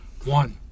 One